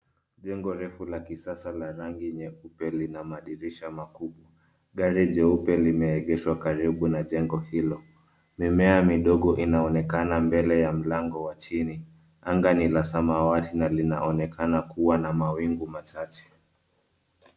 Jengo refu la kisasa la rangi nyeupe na madirisha makubwa. Gari jeupe limeegeshwa karibu na jengo hilo. Mimea midogo inaonekana mbele ya mlango wa chini. Anga ni la samawati na linaonekana kuwa na mawingu machache.